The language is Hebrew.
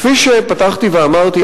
כפי שפתחתי ואמרתי,